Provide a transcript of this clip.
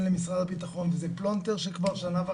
למשרד הבטחון וזה פלונטר כבר של שנה וחצי,